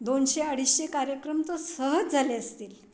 दोनशे अडीचशे कार्यक्रम तर सहज झाले असतील